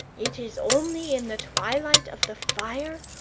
it is only in the twilight of the fire,